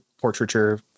portraiture